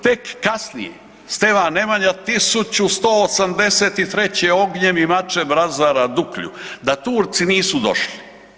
Tek kasnije, Stevan Nemanja 1183. ognjenim mačem razara Duklju da Turci nisu došli.